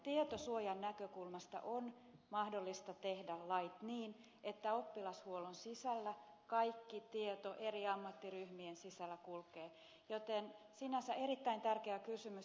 tietosuojan näkökulmasta on mahdollista tehdä lait niin että oppilashuollon sisällä kaikki tieto eri ammattiryhmien sisällä kulkee joten sinänsä erittäin tärkeä kysymys ed